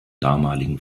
damaligen